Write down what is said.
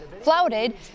flouted